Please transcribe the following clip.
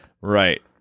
Right